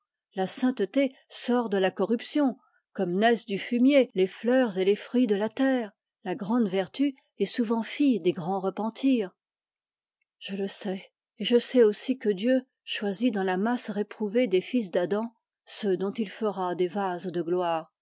la sainteté sort de la corruption comme naissent du fumier les fleurs et les fruits de la terre la grande vertu est souvent fille des grands repentirs je le sais et je sais aussi que dieu choisit dans la masse réprouvée des fils d'adam ceux dont il fera des vases de gloire